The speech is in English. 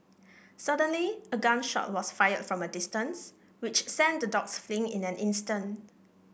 suddenly a gun shot was fired from a distance which sent the dogs fleeing in an instant